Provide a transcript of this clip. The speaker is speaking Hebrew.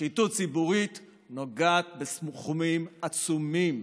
שחיתות ציבורית נוגעת לסכומים עצומים.